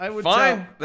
Fine